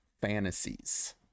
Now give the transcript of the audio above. fantasies